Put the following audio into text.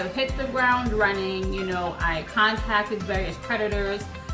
um hit the ground running. you know i contacted various creditors.